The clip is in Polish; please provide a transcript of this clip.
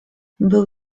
był